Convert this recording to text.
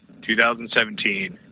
2017